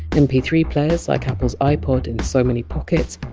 m p three players, like apple's ipod, in so many pockets,